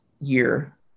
year